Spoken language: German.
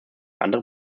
andere